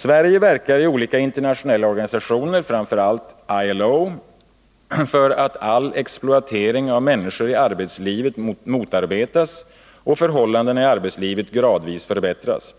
Sverige verkar i olika internationella organisationer, framför allt i ILO, för att all exploatering av människor i arbetslivet motarbetas och förhållandena i arbetslivet gradvis förbättras.